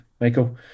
Michael